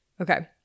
Okay